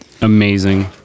Amazing